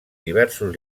diversos